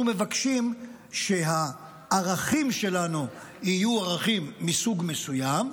אנחנו מבקשים שהערכים שלנו יהיו ערכים מסוג מסוים,